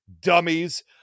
dummies